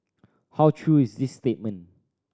how true is this statement